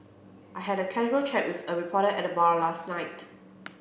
I had a casual chat with a reporter at the bar last night